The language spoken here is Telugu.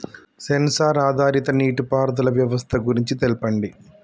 సెన్సార్ ఆధారిత నీటిపారుదల వ్యవస్థ గురించి తెల్పండి?